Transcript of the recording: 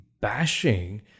bashing